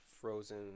frozen